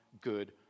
good